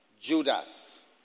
Judas